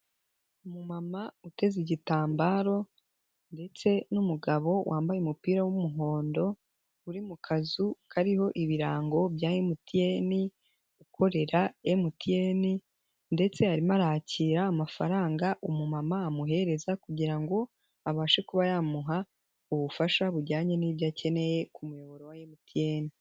Umumama uteze igitambaro ndetse n'umugabo wambaye umupira w'umuhondo uri mu kazu kariho ibirango bya MTN, ukorera MTN, arimo arakira amafaranga, umumama amuhereza kugira ngo abashe kuba yamuha ubufasha bujyanye n'ibyo akeneye ku muyoboro wa MTN.